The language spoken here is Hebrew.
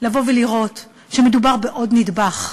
לבוא ולראות שמדובר בעוד נדבך,